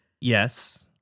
Yes